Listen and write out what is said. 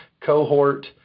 cohort